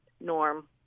norm